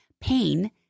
pain